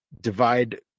divide